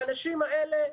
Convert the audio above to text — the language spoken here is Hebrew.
האנשים האלה,